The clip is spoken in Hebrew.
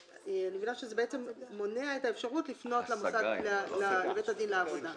אני מבינה שזה גם מונע את האפשרות לפנות לבית הדין לעבודה.